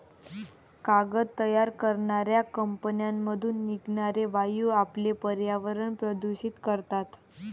कागद तयार करणाऱ्या कंपन्यांमधून निघणारे वायू आपले पर्यावरण प्रदूषित करतात